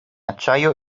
acciaio